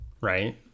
right